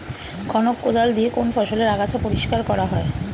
খনক কোদাল দিয়ে কোন ফসলের আগাছা পরিষ্কার করা হয়?